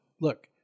look